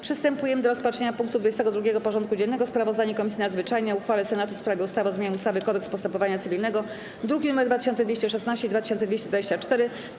Przystępujemy do rozpatrzenia punktu 22. porządku dziennego: Sprawozdanie Komisji Nadzwyczajnej o uchwale Senatu w sprawie ustawy o zmianie ustawy - Kodeks postępowania cywilnego (druki nr 2216 i 2224)